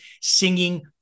singing